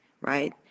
right